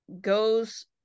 goes